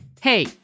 Hey